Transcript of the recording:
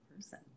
person